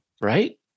Right